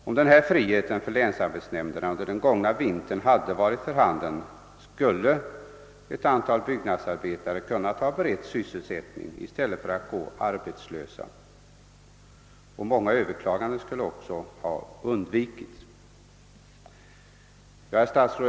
Om denna frihet för länsarbetsnämnderna hade varit för handen under den gångna vintern, skulle ett antal byggnadsarbetare ha beretts sysselsättning i stället för att gå arbetslösa. Många överklaganden skulle också ha undvikits. Herr talman!